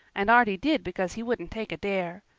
and arty did because he wouldn't take a dare.